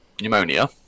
pneumonia